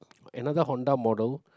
another Honda model